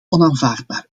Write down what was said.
onaanvaardbaar